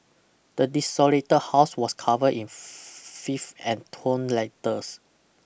the desolated house was cover in fifth and torn letters